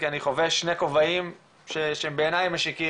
כי אני חובש שני כובעים שבעיניי הם משיקים.